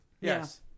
Yes